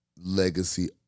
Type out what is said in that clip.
legacy